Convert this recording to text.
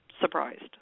surprised